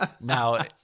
now